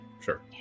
sure